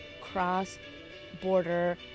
cross-border